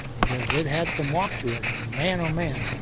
because it had some wop to it, man oh man.